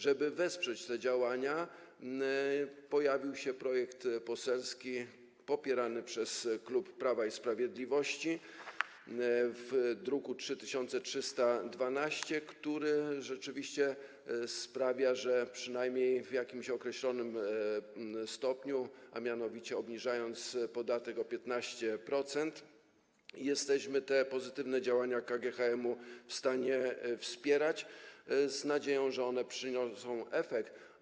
Żeby wesprzeć te działania, pojawił się projekt poselski popierany przez klub Prawa i Sprawiedliwości, druk nr 3312, który rzeczywiście sprawia, że jesteśmy w stanie, przynajmniej w jakimś określonym stopniu, a mianowicie obniżając podatek o 15%, te pozytywne działania KGHM-u wspierać z nadzieją, że przyniosą one efekt.